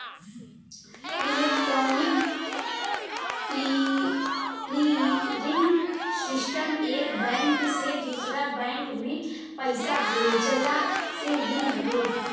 electronic clearing system एक bank से दूसरा बैंक में पईसा भेजला के विधि हवे